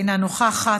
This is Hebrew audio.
אינה נוכחת,